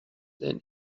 and